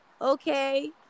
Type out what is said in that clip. Okay